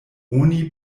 oni